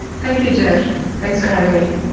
thank you, jeff. thanks for having me.